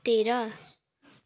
तेह्र